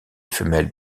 femelles